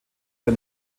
der